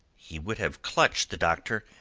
he would have clutched the doctor,